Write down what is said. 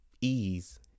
ease